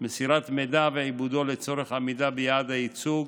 (מסירת מידע ועיבודו לצורך עמידה ביעד הייצוג),